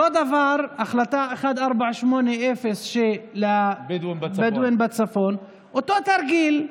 אותו הדבר, החלטה 1480 לבדואים בצפון, אותו תרגיל,